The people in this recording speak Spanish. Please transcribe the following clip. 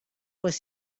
pues